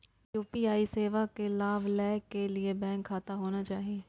UPI सेवा के लाभ लै के लिए बैंक खाता होना चाहि?